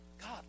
God